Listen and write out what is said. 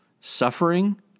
Suffering